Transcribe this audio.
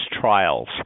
trials